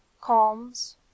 calms